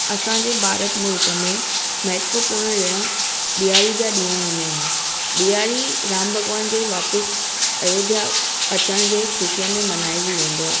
असांजे भारत मुल्क में महत्वपुर्ण ॾिणु ॾियारी जा ॾींहं हुंदा आहिनि ॾियारी राम भॻवान जे वापसि अयोध्या अचण जे ख़ुशीअ मनाएजी वेंदो आहे